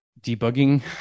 debugging